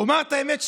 אומר את האמת,